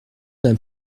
d’un